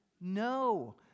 no